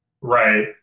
Right